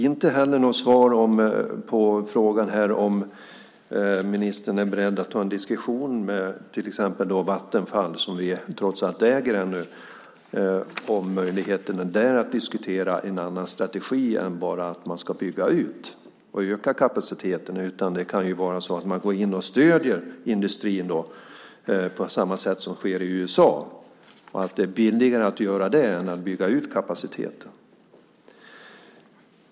Inte heller får jag något svar på frågan om ministern är beredd att ta en diskussion med till exempel Vattenfall, som vi trots allt äger ännu, om möjligheterna att diskutera en annan strategi än att man bara ska bygga ut och öka kapaciteten. Det kan ju vara så att man går in och stöder industrin på samma sätt som sker i USA, och att det är billigare att göra det än att bygga ut kapaciteten.